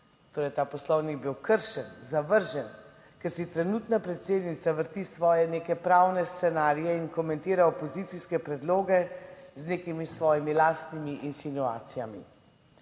ta Poslovnik je bil kršen, zavržen, ker si trenutna predsednica vrti svoje neke pravne scenarije in komentira opozicijske predloge, z nekimi svojimi lastnimi insinuacijami.